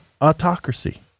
Autocracy